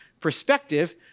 perspective